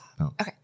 Okay